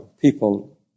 people